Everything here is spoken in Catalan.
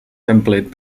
templet